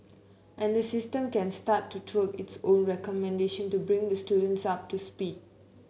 and the system can start to tweak its own recommendation to bring the students up to speed